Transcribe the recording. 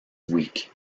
weak